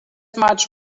much